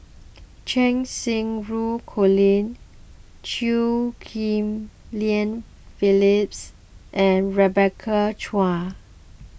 Cheng Xinru Colin Chew Ghim Lian Phyllis and Rebecca Chua